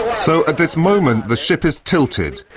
so, at this moment the ship is tilted.